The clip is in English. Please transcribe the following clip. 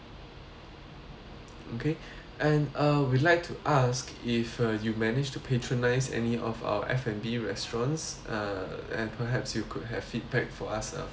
okay and uh would like to ask if uh you manage to patronise any of our F&B restaurants uh and perhaps you could have feedback for us ah for for them